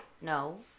no